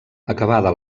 acabada